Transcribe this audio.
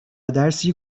درسی